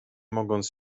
mogąc